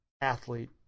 athlete